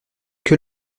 que